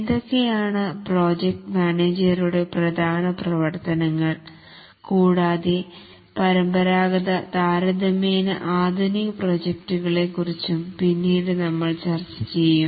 എന്തൊക്കെയാണ് പ്രോജക്ട് മാനേജരുടെ പ്രധാന പ്രവർത്തനങ്ങൾ കൂടാതെ പരമ്പരാഗത താരതമേന്യ ആധുനിക പ്രോജക്ടുകളെ കുറിച്ചും പിന്നീടു നമ്മൾ ചർച്ച ചെയ്യും